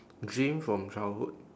dream from childhood